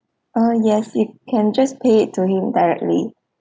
uh yes you can just pay it to him directly